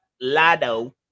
Lado